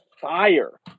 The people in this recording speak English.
fire